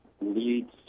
leads